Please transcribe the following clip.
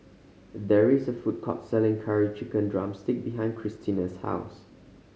there is a food court selling Curry Chicken drumstick behind Christina's house